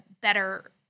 better